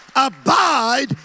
Abide